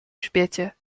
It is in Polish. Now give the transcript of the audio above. grzbiecie